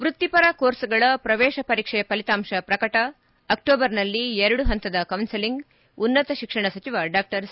ವೃತ್ತಿಪರ ಕೋರ್ಸ್ಗಳ ಪ್ರವೇಶ ಪರೀಕ್ಷೆ ಫಲಿತಾಂಶ ಪ್ರಕಟ ಅಕ್ಟೋಬರ್ನಲ್ಲಿ ಎರಡು ಹಂತದ ಕೌನ್ಲಲಿಂಗ್ ಉನ್ನತ ಶಿಕ್ಷಣ ಸಚಿವ ಡಾ ಸಿ